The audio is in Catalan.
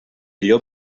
llop